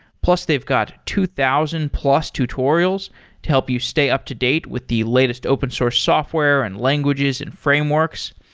plus they've got two thousand plus tutorials to help you stay up-to-date with the latest open source software and languages and frameworks.